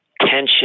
tension